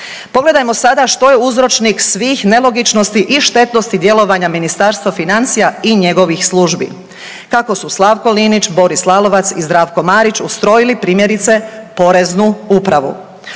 Pogledajmo sada što je uzročnik svih nelogičnosti i štetnosti djelovanja Ministarstva financija i njegovih službi kako su Slavko Linić, Boris Lalovac i Zdravko Marić ustrojili primjerice Poreznu upravu.